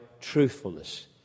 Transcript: truthfulness